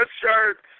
shirts